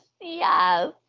yes